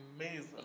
Amazing